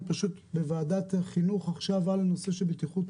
אני פשוט בוועדת החינוך עכשיו על הנושא של בטיחות